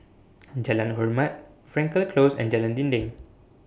Jalan Hormat Frankel Close and Jalan Dinding